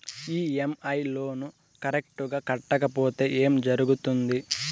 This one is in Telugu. ఇ.ఎమ్.ఐ లోను కరెక్టు గా కట్టకపోతే ఏం జరుగుతుంది